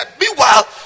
Meanwhile